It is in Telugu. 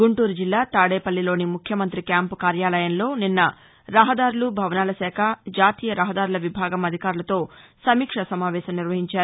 గుంటూరు జిల్లా తాదేపల్లిలోని ముఖ్యమంత్రి క్యాంపు కార్యాలయంలో నిన్న రహదారులు భవనాల శాఖ జాతీయ రహదారుల విభాగం అధికారులతో సమీక్షా సమావేశం నిర్వహించారు